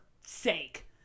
sake